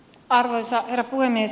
arvoisa herra puhemies